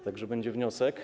Tak że będzie wniosek.